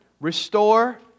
restore